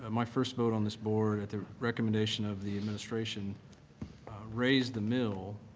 my first vote on this board at the recommendation of the administration raised the mill,